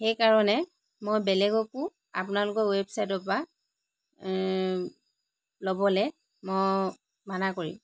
সেই কাৰণে মই বেলেগকো আপোনালোকৰ ৱেবচাইটৰ পৰা ল'বলৈ মই মানা কৰিম